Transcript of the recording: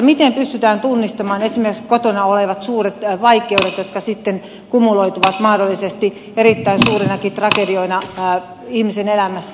miten pystytään tunnistamaan esimerkiksi kotona olevat suuret vaikeudet jotka sitten kumuloituvat mahdollisesti erittäin suurinakin tragedioina ihmisen elämässä